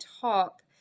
top